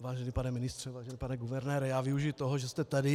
Vážený pane ministře, vážený pane guvernére, já využiji toho, že jste tady.